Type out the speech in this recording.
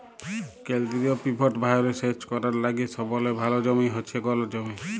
কেলদিরিয় পিভট ভাঁয়রে সেচ ক্যরার লাইগে সবলে ভাল জমি হছে গল জমি